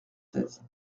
seize